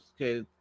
Okay